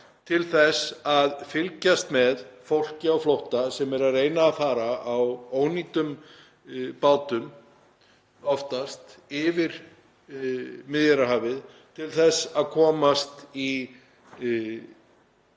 til þess að fylgjast með fólki á flótta sem oftast er að reyna að fara á ónýtum bátum yfir Miðjarðarhafið til þess að komast á